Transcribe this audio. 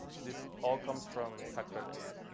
this all comes from tax revenues.